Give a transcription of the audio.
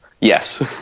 Yes